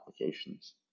applications